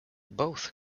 both